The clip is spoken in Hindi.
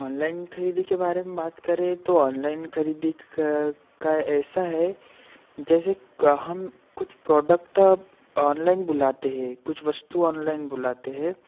ऑनलाइन खरीदी के बारे में बात करें तो ऑनलाइन खरीदी का का ऐसा है जैसे का हम कुछ प्रोडक्ट अब ऑनलाइन बुलाते हैं कुछ वस्तु ऑनलाइन बुलाते हैं